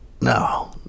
No